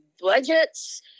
budgets